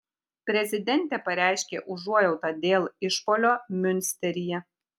prezidentė pareiškė užuojautą dėl išpuolio miunsteryje